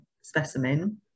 specimen